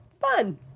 fun